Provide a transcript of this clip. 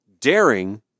daring